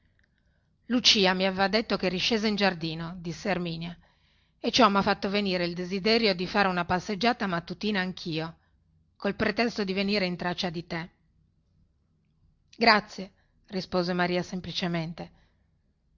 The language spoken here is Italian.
lucia mi aveva detto cheri scesa in giardino disse erminia e ciò mi ha fatto venire il desiderio di fare una passeggiata mattutina anchio col pretesto di venire in traccia di te grazie rispose maria semplicemente